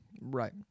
Right